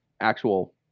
actual